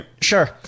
Sure